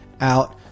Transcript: out